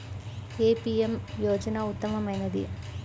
ఏ PM యోజన ఉత్తమమైనది?